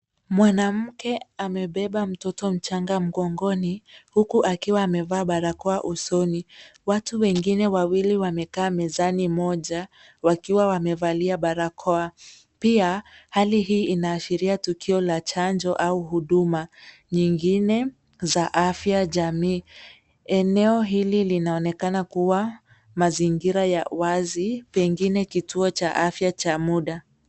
Mwanamke amebeba mtoto mchanga mgongoni huku akiwa amevaa barakoa usoni. Watu wengine wawili wamekaa mezani moja wakiwa wamevalia barakoa. Pia hali hii inaashilia tukio la chanjo au huduma nyingine za afya jamii. Eneo hili linaonekana kuwa mazingira ya wazi, pengine kituo cha afya cha muda.